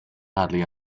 hardly